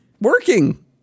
Working